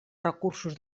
recursos